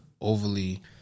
overly